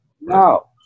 No